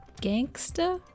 gangster